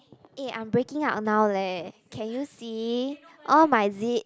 eh I'm breaking up now leh can you see all my zip